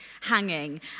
hanging